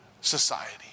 society